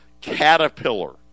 Caterpillar